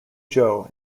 joe